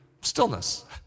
stillness